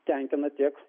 tenkina tiek